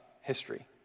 history